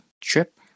trip